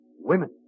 Women